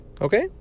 Okay